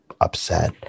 upset